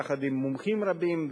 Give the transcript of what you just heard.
יחד עם מומחים רבים,